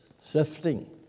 sifting